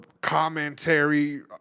commentary